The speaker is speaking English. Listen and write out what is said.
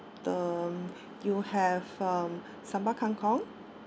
the you have um sambal kangkong